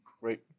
Great